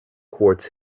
quartz